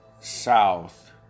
south